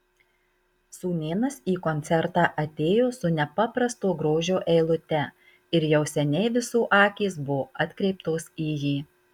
sūnėnas į koncertą atėjo su nepaprasto grožio eilute ir jau seniai visų akys buvo atkreiptos į jį